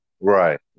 Right